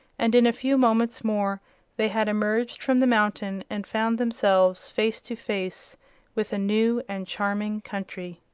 and in a few moments more they had emerged from the mountain and found themselves face to face with a new and charming country.